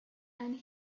and